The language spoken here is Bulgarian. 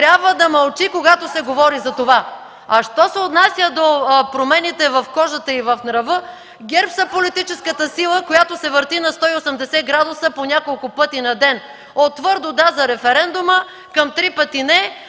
трябва да мълчи, когато се говори за това. Що се отнася до промените в кожата и в нрава – ГЕРБ са политическата сила, която се върти на 180 градуса по няколко пъти на ден – от твърдо „да” за референдума, към три пъти „не”,